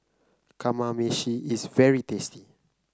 kamameshi is very tasty